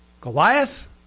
Goliath